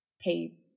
pay